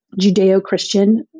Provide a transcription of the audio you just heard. Judeo-Christian